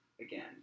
again